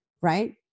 right